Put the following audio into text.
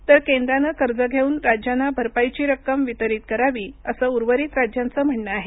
तर केंद्रानं कर्ज घेऊन राज्यांना भरपाईची रक्कम वितरित करावी असं उर्वरित राज्यांचं म्हणणं आहे